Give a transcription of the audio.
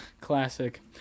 Classic